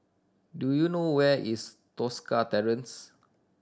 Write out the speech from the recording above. do you know where is Tosca Terrace